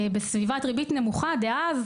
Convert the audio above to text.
בסביבת ריבית נמוכה דאז.